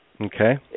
Okay